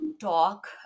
talk